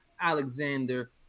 Alexander